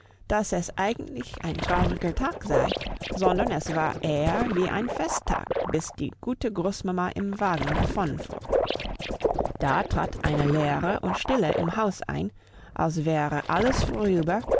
dass es eigentlich ein trauriger tag sei sondern es war eher wie ein festtag bis die gute großmama im wagen davonfuhr da trat eine leere und stille im hause ein als wäre alles vorüber